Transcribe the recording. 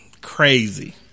Crazy